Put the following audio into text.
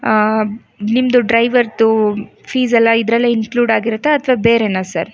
ನಿಮ್ಮದು ಡ್ರೈವರ್ದು ಫೀಸೆಲ್ಲ ಇದ್ರಲ್ಲೆ ಇನ್ಕ್ಲೂಡ್ ಆಗಿರುತ್ತಾ ಅಥವಾ ಬೇರೆನಾ ಸರ್